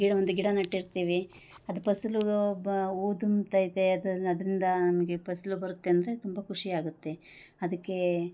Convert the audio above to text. ಗಿಡ ಒಂದು ಗಿಡ ನಟ್ಟಿರ್ತಿವಿ ಅದು ಪಸ್ಲು ಹೂ ದುಂಬುತೈತೆ ಅದನ್ನು ಅದರಿಂದ ನಮಗೆ ಫಸ್ಲು ಬರುತ್ತೆ ಅಂದರೆ ತುಂಬ ಖುಷಿಯಾಗತ್ತೆ ಅದಕ್ಕೇ